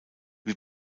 wie